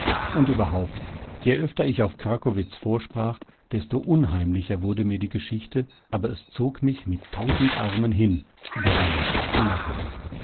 und überhaupt je öfter ich auf krakowitz vorsprach desto unheimlicher wurde mir die geschichte aber es zog mich mit tausend armen hin da war nichts zu machen